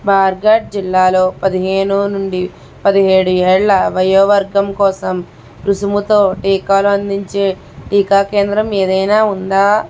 బారగఢ్ జిల్లాలో పదిహేను నుండి పదిహేడు ఏళ్ళ వయోవర్గం కోసం రుసుముతో టీకాలు అందించే టీకా కేంద్రం ఏదైనా ఉందా